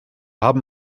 haben